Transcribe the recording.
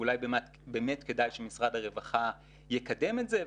אולי באמת כדאי שמשרד הרווחה יקדם את זה.